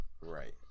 Right